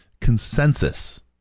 Consensus